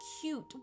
cute